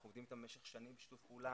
אנחנו עובדים איתם במשך שנים בשיתוף פעולה.